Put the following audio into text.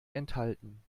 enthalten